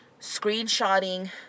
screenshotting